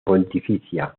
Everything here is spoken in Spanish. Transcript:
pontificia